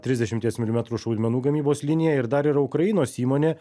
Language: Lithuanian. trisdešimties milimetrų šaudmenų gamybos liniją ir dar yra ukrainos įmonė